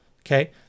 okay